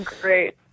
great